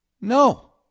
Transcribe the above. no